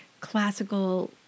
classical